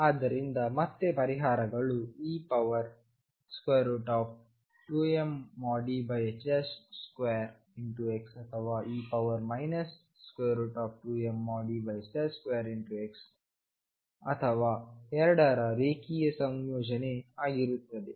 ಆದ್ದರಿಂದ ಮತ್ತೆ ಪರಿಹಾರಗಳು e2mE2xಅಥವಾe 2mE2x ಅಥವಾ ಎರಡರ ರೇಖೀಯ ಸಂಯೋಜನೆ ಆಗಿರುತ್ತದೆ